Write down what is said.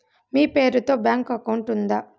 మీ పేరు తో bank account ఉందా?